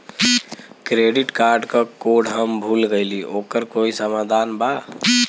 Credit card क code हम भूल गइली ओकर कोई समाधान बा?